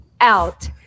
Out